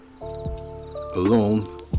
Alone